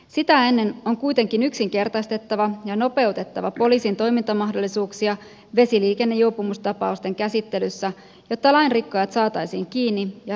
sitä ennen on kuitenkin yksinkertaistettava ja nopeutettava poliisin toimintamahdollisuuksia vesiliikennejuopumustapausten käsittelyssä jotta lainrikkojat saataisiin kiinni ja rangaistavaksi